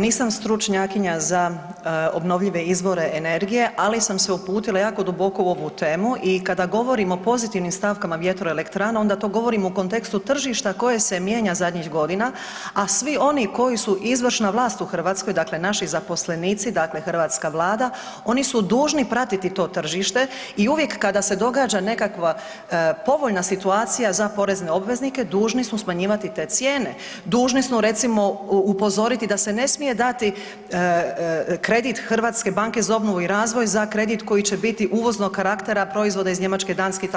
Nisam stručnjakinja za obnovljive izvore energije, ali sam se uputila jako duboko u ovu temu i kada govorimo o pozitivnim stavkama vjetroelektrana onda to govorim u kontekstu tržišta koje se mijenja zadnjih godina, a svi oni koji su izvršna vlast u Hrvatskoj, dakle naši zaposlenici, dakle hrvatska Vlada oni su dužni pratiti to tržište i uvijek kada se događa nekakva povoljna situacija za porezne obveznike dužni su smanjivati te cijene, dužni su recimo upozoriti da se ne smije dati kredit Hrvatske banke za obnovu i razvoj za kredit koji će biti uvoznog karaktera proizvoda iz Njemačke, Danske itd.